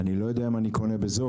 אני לא יודע מה אני קונה בזול.